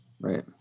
Right